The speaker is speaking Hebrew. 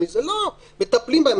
לא, מטפלים בהם.